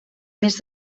més